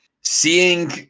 Seeing